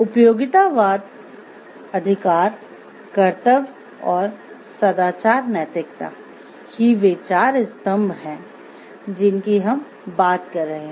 उपयोगितावाद ही वे चार स्तम्भ है जिनकी हम बात कर रहे है